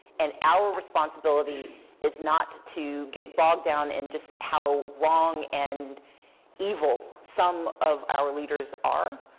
and our responsibility is not to get bogged down in just how wrong and evil some of our leaders are,